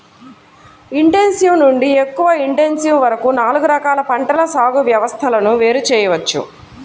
intensive నుండి ఎక్కువ intensive వరకు నాలుగు రకాల పంటల సాగు వ్యవస్థలను వేరు చేయవచ్చు